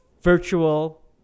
virtual